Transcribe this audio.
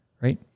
Right